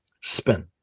spin